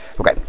Okay